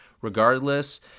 regardless